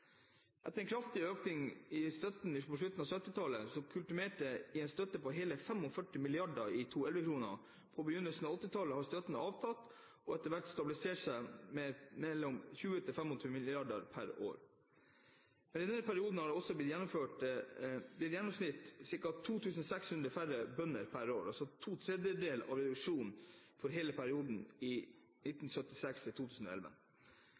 Etter den kraftige økningen i støtten på slutten av 1970-tallet, som kulminerte i en støtte på hele 45 mrd. i 2011-kroner på begynnelsen av 1980-tallet, har støtten avtatt og etter hvert stabilisert seg på mellom 20 mrd. kr og 25 mrd. kr per år. Men i denne perioden har det også i gjennomsnitt blitt 2 600 færre bønder per år – altså en to tredjedels reduksjon for hele perioden